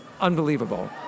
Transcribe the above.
unbelievable